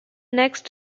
next